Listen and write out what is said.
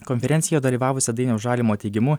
konferencijoje dalyvavusio dainiaus žalimo teigimu